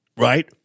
Right